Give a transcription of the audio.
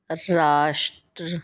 ਰਾਸ਼ਟਰ